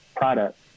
product